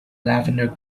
lavender